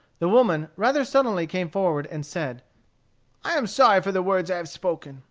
the woman rather sullenly came forward and said i am sorry for the words i have spoken.